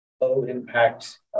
low-impact